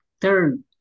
third